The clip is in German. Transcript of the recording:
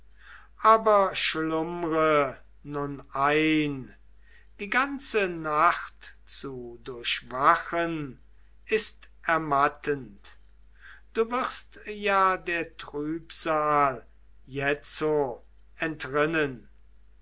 aber schlummre nun ein die ganze nacht zu durchwachen ist ermattend du wirst ja der trübsal jetzo entrinnen